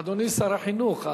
אדוני שר החינוך,